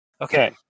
Okay